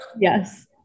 Yes